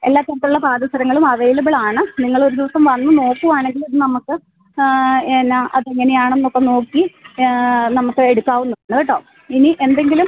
എല്ലാ തരത്തിലുള്ള പാദസരങ്ങളും അവൈലബിൾ ആണ് നിങ്ങൾ ഒരു ദിവസം വന്ന് നോക്കുവാണെങ്കിൽ നമുക്ക് എന്നാ അത് എങ്ങനെ ആണെന്ന് ഒക്കെ നോക്കി നമുക്ക് എടുക്കാവുന്നതാണ് കേട്ടോ ഇനി എന്തെങ്കിലും